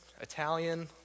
Italian